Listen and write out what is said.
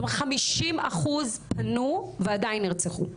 כלומר 50 אחוזים פנו ועדיין נרצחו.